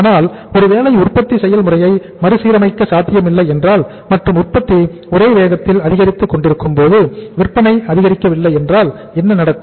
ஆனால் ஒருவேளை உற்பத்தி செயல்முறையை மறுசீரமைக்க சாத்தியமில்லை என்றால் மற்றும் உற்பத்தி ஒரே வேகத்தில் அதிகரித்துக் கொண்டிருக்கும் போது விற்பனை அதிகரிக்கவில்லை என்றால் என்ன நடக்கும்